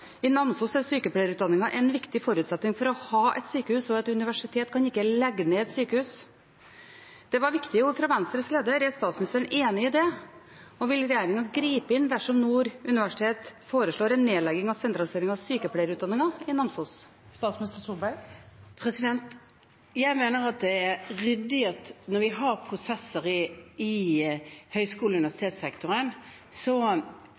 Namsos er sykepleierutdanninga en viktig forutsetning for å ha et sykehus. Et universitet kan ikke legge ned et sykehus.» Det var viktige ord fra Venstres leder. Er statsministeren enig i det? Og vil regjeringen gripe inn dersom Nord universitet foreslår en nedlegging og sentralisering av sykepleierutdanningen i Namsos? Jeg mener det er ryddig når vi har prosesser i høyskole- og universitetssektoren, at man foretar de vurderingene og